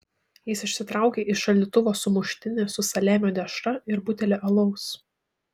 jis išsitraukė iš šaldytuvo sumuštinį su saliamio dešra ir butelį alaus